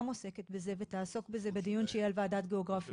עוסקת בזה ותעסוק בזה בדיון שיהיה על ועדה גיאוגרפית,